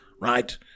right